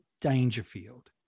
Dangerfield